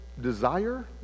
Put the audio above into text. desire